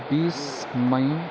बिस मई